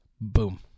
Boom